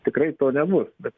tikrai to nebus bet